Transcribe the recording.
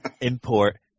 import